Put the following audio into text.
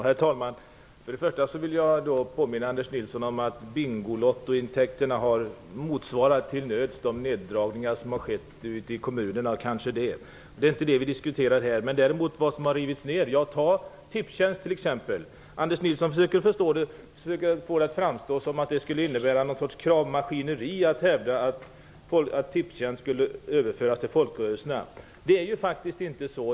Herr talman! Jag vill påminna Anders Nilsson om att bingolottointäkterna uppväger till nöds de neddragningar som har skett ute i kommunerna. Det är inte det som vi skall diskutera här. Anders Nilsson undrade vad som hade rivits ner. Ta t.ex. Tipstjänst. Anders Nilsson försöker få det att framstå som att det skulle innebära någon sorts kravmaskineri att hävda att Tipstjänst skulle överföras till folkrörelserna. Det är faktiskt inte så.